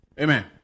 Amen